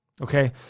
Okay